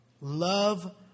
Love